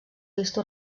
vista